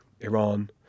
Iran